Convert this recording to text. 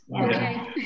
Okay